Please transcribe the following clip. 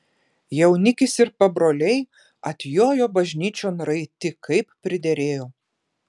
jaunikis ir pabroliai atjojo bažnyčion raiti kaip priderėjo